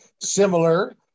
similar